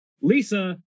lisa